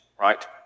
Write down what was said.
right